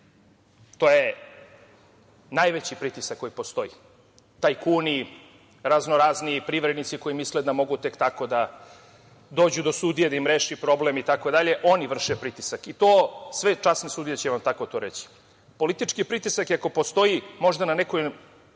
To je najveći pritisak koji postoji – tajkuni, raznorazni privrednici koji misle da mogu tek tako da dođu do sudije da im reši problem itd, oni vrše pritisak. To će vam reći sve časne sudije. Politički pritisak, ako postoji, možda na nekom